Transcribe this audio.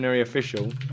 official